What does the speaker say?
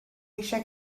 eisiau